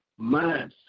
mindset